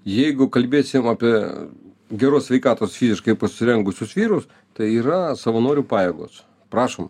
jeigu kalbėsim apie geros sveikatos fiziškai pasirengusius vyrus tai yra savanorių pajėgos prašom